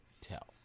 tell